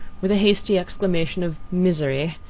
with a hasty exclamation of misery,